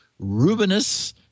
Rubinus